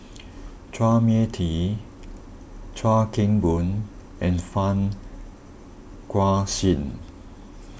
Chua Mia Tee Chuan Keng Boon and Fang Guixiang